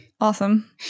Awesome